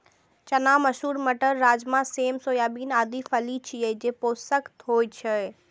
चना, मसूर, मटर, राजमा, सेम, सोयाबीन आदि फली छियै, जे पोषक होइ छै